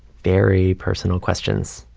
very personal questions.